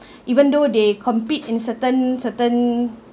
even though they compete in certain certain